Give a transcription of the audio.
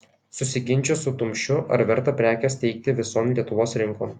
susiginčijo su tumšiu ar verta prekes teikti vison lietuvos rinkon